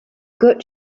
good